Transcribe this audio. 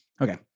Okay